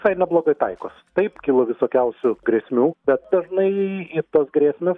visai neblogai taikos taip kilo visokiausių grėsmių bet dažnai į tas grėsmes